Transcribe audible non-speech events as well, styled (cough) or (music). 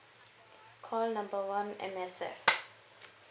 call number one M_S_F (noise)